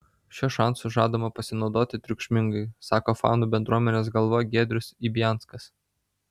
šiuo šansu žadama pasinaudoti triukšmingai sako fanų bendruomenės galva giedrius ibianskas